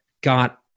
got